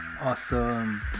Awesome